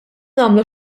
nagħmlu